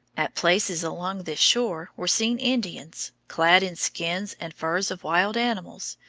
at places along this shore were seen indians, clad in skins and furs of wild animals,